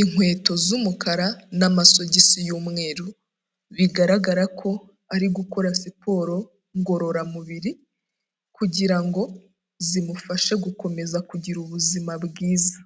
inkweto z'umukara n'amasogisi y'umweru bigaragara ko ari gukora siporo ngororamubiri kugira ngo zimufashe gukomeza kugira ubuzima bwiza.